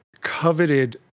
coveted